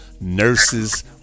Nurses